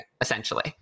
essentially